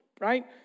right